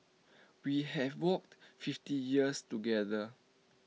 we have walked fifty years together